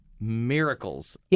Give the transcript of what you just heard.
miracles